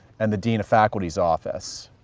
and the dean of faculty's office.